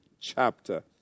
chapter